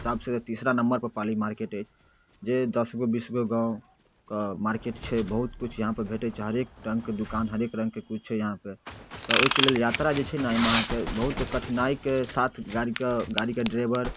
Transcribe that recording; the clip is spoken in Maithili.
हिसाबसँ तीसरा नम्बरपर पाली मार्केट अछि जे दसगो बीसगो गाँवके मार्केट छै बहुत किछु इहाँपर भेटै छै हरेक रङ्गके दोकान करेक रङ्गके किछु हइ इहाँपर तऽ ओइके लेल यात्रा जे छै ने अहाँके बहुत कठिनाइके साथ गाड़ीके गाड़ीके ड्राइवर